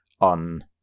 on